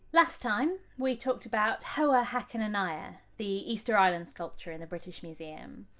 last time we talked about hoa hakananai'a, the easter island sculpture in the british museum.